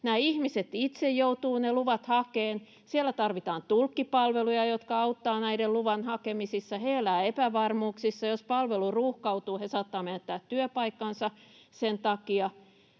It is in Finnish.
ihmiset itse joutuvat ne luvat hakemaan. Siellä tarvitaan tulkkipalveluja, jotka auttavat näissä luvan hakemisissa. He elävät epävarmuuksissa, ja jos palvelu ruuhkautuu, he saattavat menettää työpaikkansa sen takia.